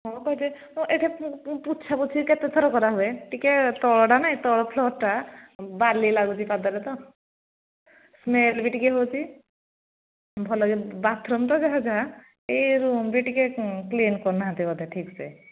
ହଁ କହିଲେ ମୁଁ ଏଠ ପୋଛାପୋଛି କେତେ ଥର କରାହୁୁଏ ଟିକେ ତଳଟା ନାଇଁ ତଳ ଫ୍ଲୋରଟା ବାଲି ଲାଗୁଛି ପାଦରେ ତ ସ୍ମେଲ ବି ଟିକେ ହେଉଛି ଭଲ ବାଥରୁମ ତ ଯାହା ଯାହା ଏ ରୁମ୍ ବି ଟିକେ କ୍ଲିନ୍ କରୁନାହାନ୍ତି ବୋଧେ ଠିକ୍ସେ